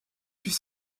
puis